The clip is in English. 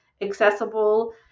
accessible